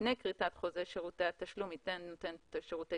לפני כריתת חוזה שירותי התשלום ייתן נותן שירותי